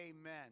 Amen